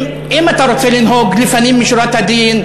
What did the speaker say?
אם אתה רוצה לנהוג לפנים משורת הדין,